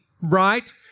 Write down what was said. right